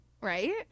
Right